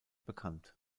bekannt